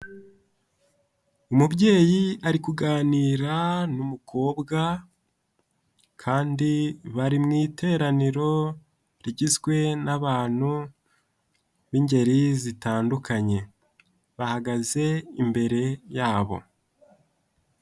umubyeyi ari kuganira n'umukobwa kandi bari mu iteraniro rigizwe n'abantu b'ingeri zitandukanye bahagaze imbere yabo.